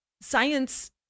science